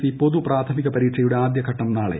C പൊതു പ്രാഥമിക പരീക്ഷയുടെ ആദ്യഘട്ടം നാളെ